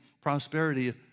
prosperity